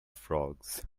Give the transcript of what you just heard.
frogs